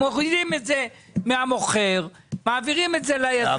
הם מורידים את זה מהמוכר ומעבירים את זה ליזם.